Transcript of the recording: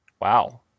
Wow